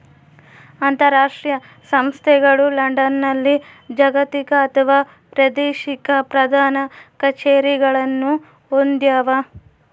ಅಂತರಾಷ್ಟ್ರೀಯ ಸಂಸ್ಥೆಗಳು ಲಂಡನ್ನಲ್ಲಿ ಜಾಗತಿಕ ಅಥವಾ ಪ್ರಾದೇಶಿಕ ಪ್ರಧಾನ ಕಛೇರಿಗಳನ್ನು ಹೊಂದ್ಯಾವ